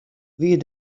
wie